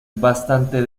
bastante